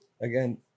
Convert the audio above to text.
Again